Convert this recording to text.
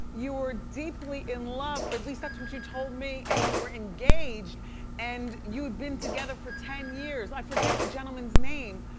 you were deeply in love or at least that's what you told me and you were engaged and you'd been together for ten years. i forget the gentleman's name.